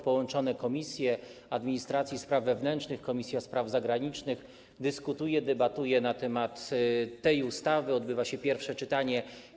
Połączone komisje: Komisja Administracji i Spraw Wewnętrznych oraz Komisja Spraw Zagranicznych dyskutują, debatują na temat tej ustawy, odbywa się pierwsze czytanie.